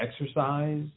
exercise